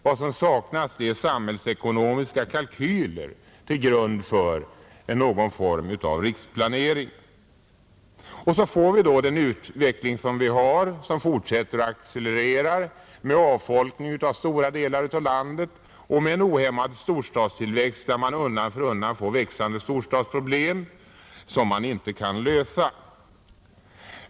Vad som saknas är samhällsekonomiska kalkyler till grund för någon form av riksplanering. Så får vi då den utveckling som vi har och som accelererar med avfolkning av stora delar av landet och med en ohämmad storstadstillväxt där man undan för undan får allt större storstadsproblem som man inte kan lösa.